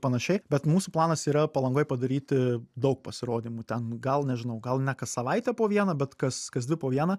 panašiai bet mūsų planas yra palangoj padaryti daug pasirodymų ten gal nežinau gal ne kas savaitę po vieną bet kas kas dvi po vieną